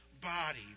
body